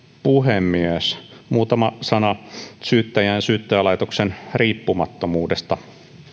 puhemies muutama sana syyttäjän ja syyttäjälaitoksen riippumattomuudesta